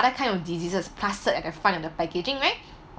that kind of diseases plastered at the front of the packaging right